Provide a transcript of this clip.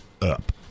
up